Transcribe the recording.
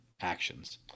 actions